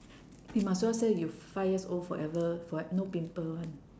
you might as well say you five years old forever fore~ no pimple [one]